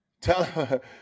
tell